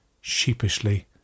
sheepishly